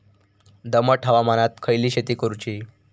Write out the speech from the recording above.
दमट हवामानात खयली शेती करूची?